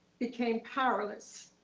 became powerless.